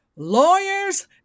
Lawyers